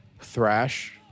thrash